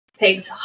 pigs